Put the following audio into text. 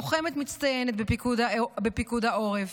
לוחמת מצטיינת בפיקוד העורף,